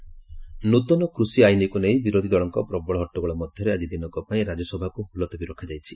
ରାଜ୍ୟସଭା ଆଡ୍ଜଣ୍ଣ ନୂତନ କୃଷି ଆଇନକୁ ନେଇ ବିରୋଧୀ ଦଳଙ୍କ ପ୍ରବଳ ହଟ୍ଟଗୋଳ ମଧ୍ୟରେ ଆଜି ଦିନକ ପାଇଁ ରାଜ୍ୟସଭାକୁ ମୁଲତବୀ ରଖାଯାଇଛି